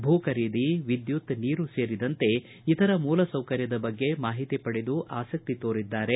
ಭೂ ಖರೀದಿ ವಿದ್ಯುತ್ ನೀರು ಸೇರಿದಂತೆ ಇತರೆ ಮೂಲ ಸೌಕರ್ಯದ ಬಗ್ಗೆ ಮಾಹಿತಿ ಪಡೆದು ಆಸಕ್ತಿ ತೋರಿದ್ದಾರೆ